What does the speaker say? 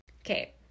Okay